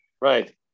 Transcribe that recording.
Right